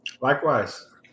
Likewise